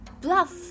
bluff